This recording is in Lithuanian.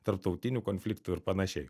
tarptautinių konfliktų ir panašiai